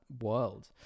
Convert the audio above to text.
world